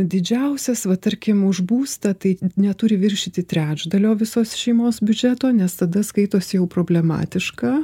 didžiausias va tarkim už būstą tai neturi viršyti trečdalio visos šeimos biudžeto nes tada skaitosi jau problematiška